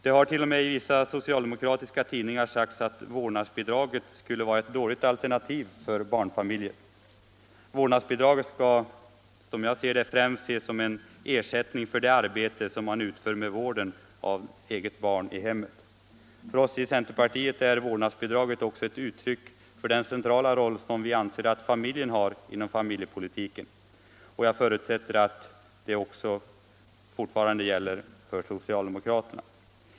Det har t.o.m. i vissa socialdemokratiska tidningar sagts att vårdnadsbidraget skulle vara ett dåligt alternativ för barnfamiljerna. Vårdnadsbidraget skall, som jag ser det, främst ses som en ersättning för det arbete som man utför med vården av eget barn i hemmet. För oss i centerpartiet är vårdnadsbidraget också ett uttryck för den centrala roll som vi ändå anser att familjen har inom familjepolitiken. Jag förutsätter att detta fortfarande också gäller för socialdemokraterna.